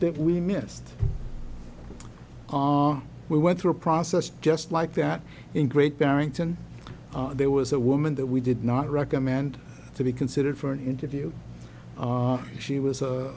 that we missed we went through a process just like that in great barrington there was a woman that we did not recommend to be considered for an interview she was a